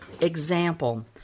Example